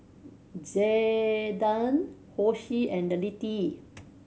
Jaiden Hosie and Littie